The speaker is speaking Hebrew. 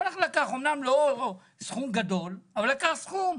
הוא לקח אמנם לא סכום גדול אבל לקח סכום.